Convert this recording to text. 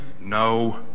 no